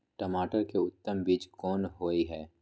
टमाटर के उत्तम बीज कोन होय है?